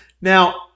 Now